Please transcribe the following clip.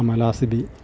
Amala Sibi